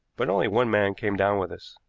but only one man came down with us.